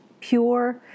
pure